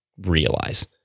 realize